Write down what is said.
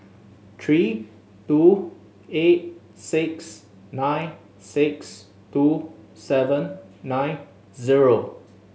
three two eight six nine six two seven nine zero